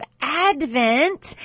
Advent